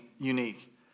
unique